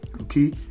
okay